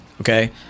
Okay